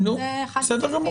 בדיוק --- בסדר גמור.